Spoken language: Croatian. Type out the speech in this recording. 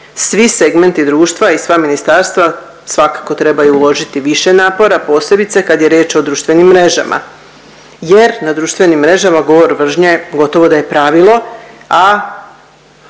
svi segmenti društva i sva ministarstva svakako trebaju uložiti više napora posebice kad je riječ o društvenim mrežama jer na društvenim mrežama govor mržnje gotovo da je pravilo, a